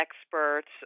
Experts